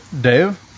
Dave